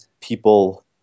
people